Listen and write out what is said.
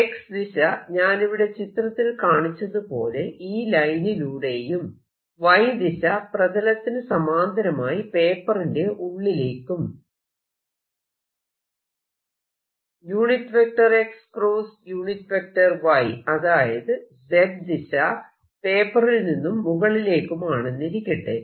X ദിശ ഞാനിവിടെ ചിത്രത്തിൽ കാണിച്ചതുപോലെ ഈ ലൈനിലൂടെയും Y ദിശ പ്രതലത്തിന് സമാന്തരമായി പേപ്പറിന്റെ ഉള്ളിലേക്കും x y അതായത് Z ദിശ പേപ്പറിൽനിന്നും മുകളിലേക്കുമാണെന്നിരിക്കട്ടെ